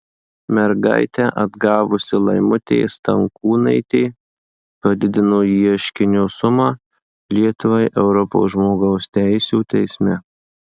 mergaitę atgavusi laimutė stankūnaitė padidino ieškinio sumą lietuvai europos žmogaus teisių teisme